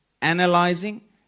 analyzing